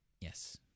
Yes